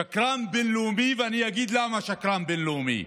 שקרן בין-לאומי, אני אגיד למה שקרן בין-לאומי: